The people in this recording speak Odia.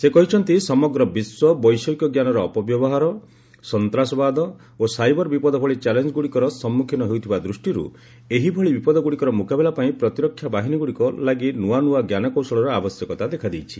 ସେ କହିଛନ୍ତି ସମଗ୍ର ବିଶ୍ୱ ବୈଷୟିକଜ୍ଞାନର ଅପବ୍ୟବହାର ସନ୍ତାସବାଦ ଓ ସାଇବର ବିପଦ ଭଳି ଚ୍ୟାଲେଞ୍ଜଗୁଡ଼ିକର ସମ୍ମୁଖୀନ ହେଉଥିବା ଦୃଷ୍ଟିରୁ ଏହିଭଳି ବିପଦଗୁଡ଼ିକର ମୁକାବିଲା ପାଇଁ ପ୍ରତିରକ୍ଷା ବାହିନୀଗୁଡ଼ିକ ଲାଗି ନୂଆ ନୂଆ ଜ୍ଞାନକୌଶଳର ଆବଶ୍ୟକତା ଦେଖାଦେଇଛି